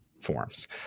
forms